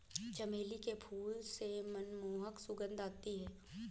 चमेली के फूल से मनमोहक सुगंध आती है